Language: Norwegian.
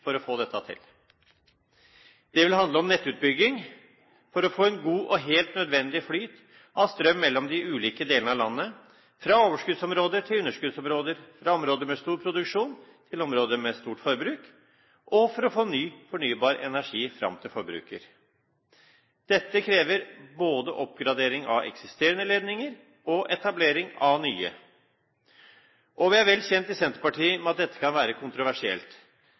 for å få dette til. Det vil handle om nettutbygging for å få en god og helt nødvendig flyt av strøm mellom de ulike delene av landet – fra overskuddsområder til underskuddsområder, fra områder med stor produksjon til områder med stort forbruk – og for å få ny fornybar energi fram til forbruker. Dette krever både oppgradering av eksisterende ledninger og etablering av nye. I Senterpartiet er vi vel kjent med at dette kan være kontroversielt,